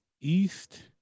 East